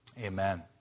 Amen